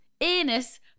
anus